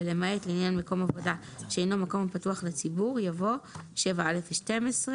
למעט לעניין מקום עבודה שאינו מקום הפתוח לציבור" יבוא "7א ו-12";